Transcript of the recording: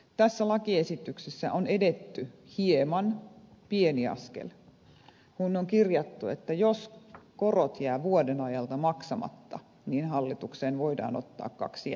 tässä lakiesityksessä on edetty hieman pieni askel kun on kirjattu että jos korot jäävät vuoden ajalta maksamatta niin hallitukseen voidaan ottaa kaksi jäsentä